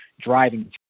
driving